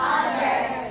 others